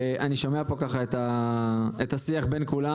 אני שומע את השיח בין כולם.